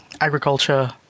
agriculture